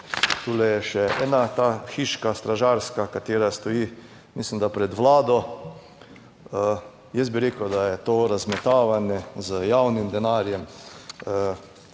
tule je še ena ta hiška, stražarska, katera stoji, mislim, da pred Vlado. Jaz bi rekel, da je to razmetavanje z javnim denarjem,